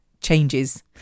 changes